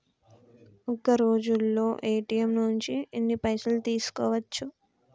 ఒక్కరోజులో ఏ.టి.ఎమ్ నుంచి ఎన్ని పైసలు తీసుకోవచ్చు?